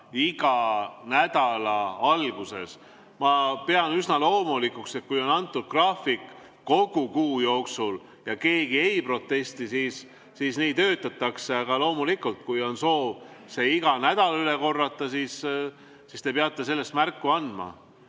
iga nädala alguses üle korrata. Ma pean üsna loomulikuks, et kui on antud graafik kogu kuu peale ja keegi ei protesti, siis nii töötatakse. Loomulikult, kui on soov see iga nädal üle korrata, siis te peate sellest märku andma.